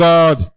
God